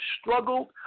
struggled